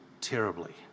terribly